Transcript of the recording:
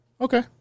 Okay